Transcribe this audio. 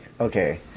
okay